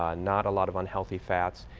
ah not a lot of unhealthy fats,